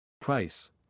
Price